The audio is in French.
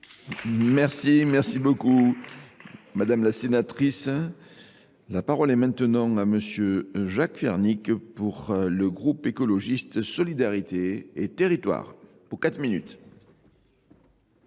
Merci, merci beaucoup madame la sénatrice. La parole est maintenant à monsieur Jacques Fernic pour le groupe écologiste solidarité et territoire pour quatre minutes.